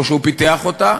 או שהוא פיתח אותה,